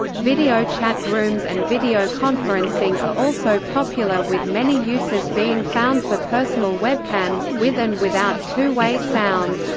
video chat rooms and video conferencing are also popular with many uses being found for personal webcams, with and without two-way sound.